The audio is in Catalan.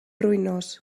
ruïnós